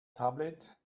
tablet